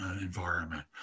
environment